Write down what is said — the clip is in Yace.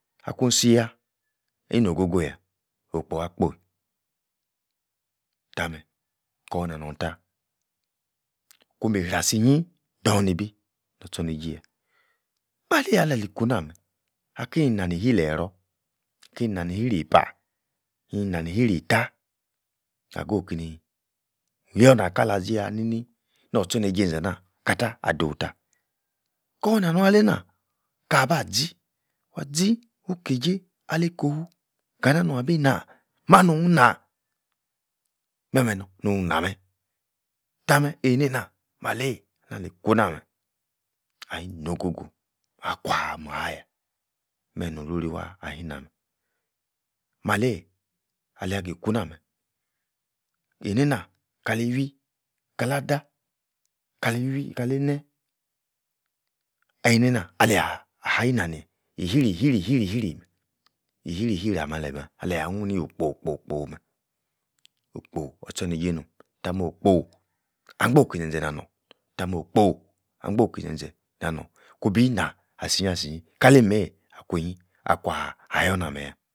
Akun-si-yah ino'h-go-go yah, okpo akpoi tah-meh kor-nah norn-tah, kunbi-sri asi-nyi dor-nbi nor tchor-neijei-yah maeiyi anah ali-kuna-meh, aki-nah ni-hili-error ki na-ni hiri-eipa, hin-nani hiri-eittah, nah-geh=oh kini yor nakala zi-yah ni-nii nor-tchor neijei enze ah-nah kata adowu-tah, kor-na nun aleina, kaba-zi wazi-wukeijei aliko'h-fu kana-nuabi-nah. mah-nun-nah, meh-meh nun-nah-meh tah-meh einei-nah maleyi nali kuna meh ayi-no-go-go akwah-oh-mah-yah meh-meh no-rori-waah ah-yi-nah-meh. Maleiyi alia kali-iwui kale-ene eineina alia-ah-ahi nah-ni e-hiri-hiri-hrir-hiri-meh e-hiri-hiri ah00meh ali-meh alia nuhn no-kpo-kpo-kpo meh okpo or-tchorneijei no'm tah-meh okpo ankpo ki-zen-zen nah-norn, tah-meh okpo ankpii kizen-zen nanorn kubi-nah-asi-nyi-asi-nyi kali-imeiyi akwuinyi ikwah ah-tor nah meh-yah